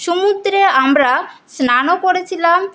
সমুদ্রে আমরা স্নানও করেছিলাম